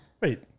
Wait